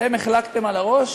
אתם החלקתם על הראש?